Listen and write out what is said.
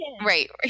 Right